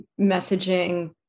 messaging